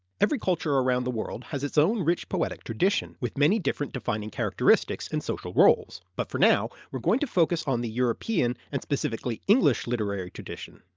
every culture around the world has its own rich poetic tradition, with many different defining characteristics and social roles, but for now we're going to focus on the european, and specifically english literary tradition.